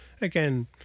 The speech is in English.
Again